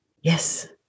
yes